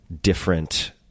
different